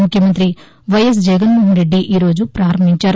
ముఖ్యమంతి వైఎస్ జగన్మోహన్ రెద్ది ఈ రోజు ప్రారంభించారు